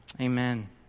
Amen